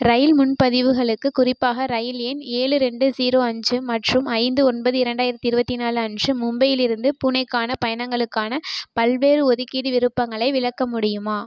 இரயில் முன்பதிவுகளுக்குக் குறிப்பாக இரயில் எண் ஏழு ரெண்டு சீரோ அஞ்சு மற்றும் ஐந்து ஒன்பது இரண்டாயிரத்தி இருபத்தி நாலு அன்று மும்பையிலிருந்து புனேக்கான பயணங்களுக்கான பல்வேறு ஒதுக்கீடு விருப்பங்களை விளக்க முடியுமா